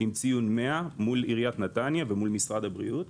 עם ציון 100 מול עיריית נתניה ומול משרד הבריאות.